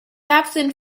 absent